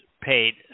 paid